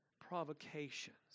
provocations